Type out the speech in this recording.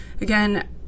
Again